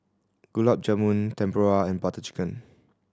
Gulab Jamun Tempura and Butter Chicken